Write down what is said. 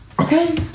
Okay